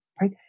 right